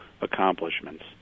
accomplishments